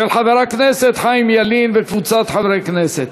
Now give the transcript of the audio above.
של חבר הכנסת חיים ילין וקבוצת חברי הכנסת.